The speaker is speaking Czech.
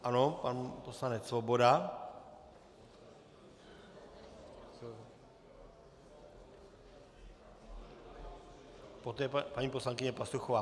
Ano, pan poslanec Svoboda, poté paní poslankyně Pastuchová.